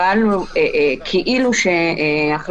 כולם עשו, אני חושב.